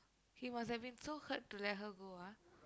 he must have been so hurt to let her go ah